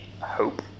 hope